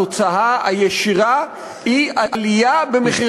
התוצאה הישירה היא עלייה במחירי השכירות.